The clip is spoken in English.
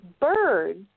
birds